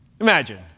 Imagine